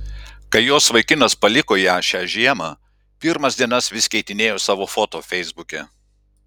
kai jos vaikinas paliko ją šią žiemą pirmas dienas vis keitinėjo savo foto feisbuke